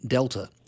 Delta